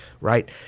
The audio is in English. right